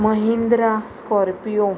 Mahindra Scorpio